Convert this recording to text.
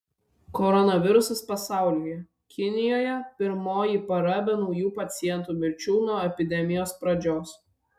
koronavirusas pasaulyje kinijoje pirmoji para be naujų pacientų mirčių nuo epidemijos pradžios